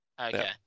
Okay